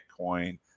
bitcoin